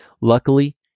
Luckily